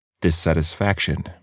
Dissatisfaction